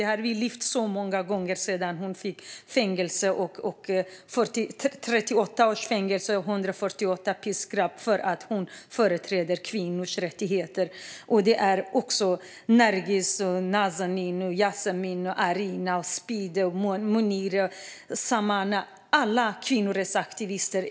Det har vi gjort många gånger sedan hon fick 38 års fängelse och 148 piskrapp för att hon företräder kvinnors rättigheter. Det handlar också om Nargis, Nazanin, Yasaman Aryani, Spideh, Monireh och Samaneh. Alla dessa är kvinnorättsaktivister.